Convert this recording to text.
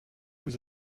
vous